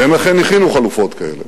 והם אכן הכינו חלופות כאלה.